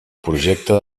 projecte